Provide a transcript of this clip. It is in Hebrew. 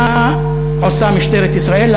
מה עושה משטרת ישראל?